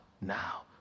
now